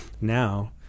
now